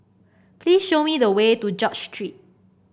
please show me the way to George Street